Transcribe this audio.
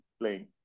playing